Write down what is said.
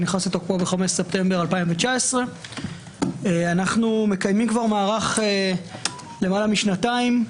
שנכנס לתוקפו ב-5 בספטמבר 2019. אנו מקיימים מערך למעלה משנתיים.